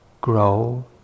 grow